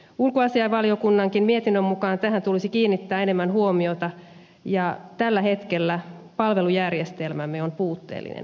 ulkoasiainvaliokunnankin mietinnön mukaan tähän tulisi kiinnittää enemmän huomiota ja tällä hetkellä palvelujärjestelmämme on puutteellinen